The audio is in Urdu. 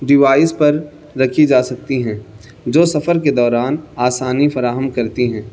ڈیوائس پر رکھی جا سکتی ہیں جو سفر کے دوران آسانی فراہم کرتی ہیں